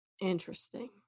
interesting